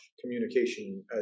communication